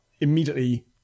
immediately